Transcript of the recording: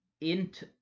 int